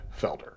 Felder